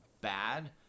bad